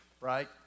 Right